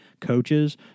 coaches